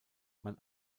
man